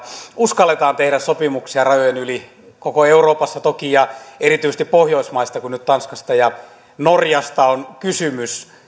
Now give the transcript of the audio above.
uskalletaan tehdä sopimuksia rajojen yli koko euroopassa toki ja erityisesti pohjoismaissa kun nyt tanskasta ja norjasta on kysymys